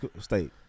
state